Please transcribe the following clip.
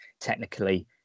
technically